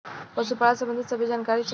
पशुपालन सबंधी सभे जानकारी चाही?